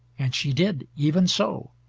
and she did even so.